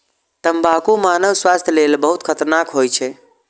तंबाकू मानव स्वास्थ्य लेल बहुत खतरनाक होइ छै